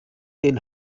den